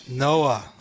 Noah